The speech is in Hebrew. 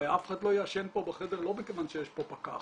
הרי אף אחד לא יעשן פה בחדר לא כיוון שיש פה פקח,